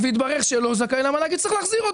ויתברר שהוא לא זכאי למענק הוא יצטרך להחזיר אותו.